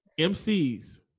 MCs